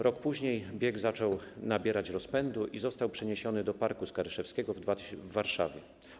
Rok później bieg zaczął nabierać rozpędu i został przeniesiony do Parku Skaryszewskiego w Warszawie.